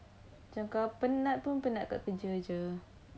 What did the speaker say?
macam kalau penat penat kat kerja jer